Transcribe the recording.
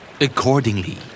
Accordingly